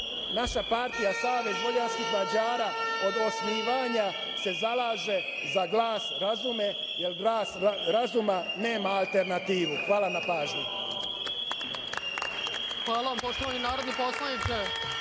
naša stranka Savez vojvođanskih Mađara od osnivanja se zalaže za glas razuma, jer glas razuma nema alternativu. Hvala na pažnji. **Ana Brnabić** Hvala vam, poštovani narodni poslaniče,